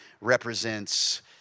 represents